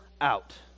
out